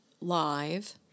live